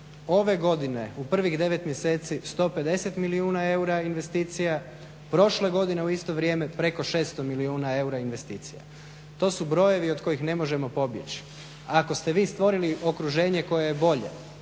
ove godine u prvih 9 mjeseci 150 milijuna eura investicija, prošle godine u isto vrijeme preko 600 milijuna eura investicija. To su brojevi od kojih ne možemo pobjeći. Ako ste vi stvorili okruženje koje je bolje